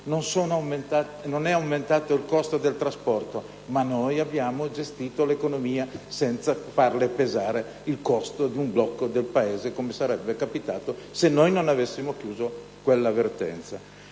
Non è aumentato il costo del trasporto, e noi abbiamo gestito l'economia senza farle pesare il costo di un blocco del Paese, come sarebbe accaduto se non avessimo chiuso quella vertenza.